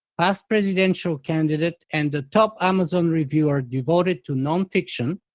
past presidential candidate and a top amazon reviewer devoted to non fiction